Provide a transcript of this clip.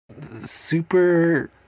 super